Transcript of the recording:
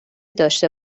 داشته